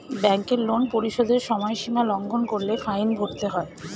ব্যাংকের লোন পরিশোধের সময়সীমা লঙ্ঘন করলে ফাইন ভরতে হয়